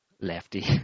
lefty